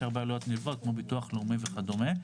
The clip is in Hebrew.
הרבה עלויות נלוות כמו ביטוח לאומי וכדומה.